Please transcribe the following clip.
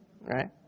right